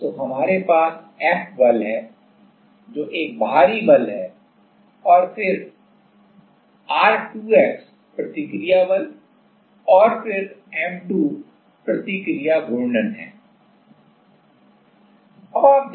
तो हमारे पास F बल है जो एक बाहरी बल है और फिर R2x प्रतिक्रिया बल और फिर M2 प्रतिक्रिया घूर्णन है